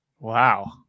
wow